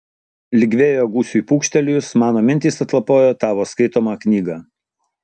lyg vėjo gūsiui pūkštelėjus mano mintys atlapojo tavo skaitomą knygą